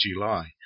July